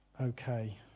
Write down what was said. Okay